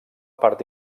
part